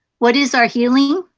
what is our healing?